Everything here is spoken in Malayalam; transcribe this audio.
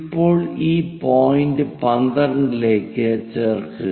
ഇപ്പോൾ ഈ പോയിന്റ് 12 ലേക്ക് ചേരുക